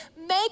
make